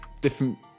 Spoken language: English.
different